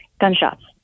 gunshots